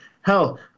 Hell